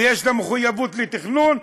ויש לה מחויבות לתכנון,